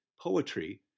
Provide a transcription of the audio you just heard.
poetry